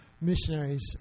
missionaries